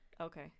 okay